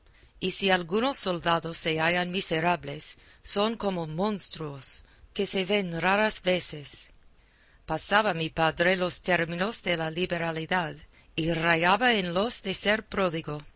y si algunos soldados se hallan miserables son como monstruos que se ven raras veces pasaba mi padre los términos de la liberalidad y rayaba en los de ser pródigo